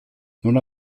non